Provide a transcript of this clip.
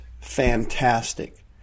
fantastic